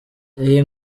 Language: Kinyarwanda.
iyi